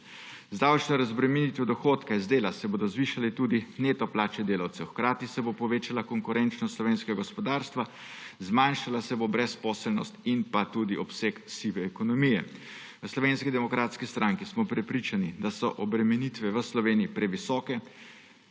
Z davčno razbremenitvijo dohodka iz dela se bodo zvišale tudi neto plače delavcev. Hkrati se bo povečala konkurenčnost slovenskega gospodarstva, zmanjšala se bo brezposelnost in tudi obseg sive ekonomije. V Slovenski demokratski stranki smo prepričani, da so obremenitve v Sloveniji previsoke,